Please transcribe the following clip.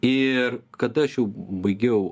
ir kada aš jau baigiau